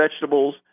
vegetables